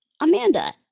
amanda